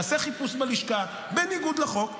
יעשה חיפוש בלשכה בניגוד לחוק,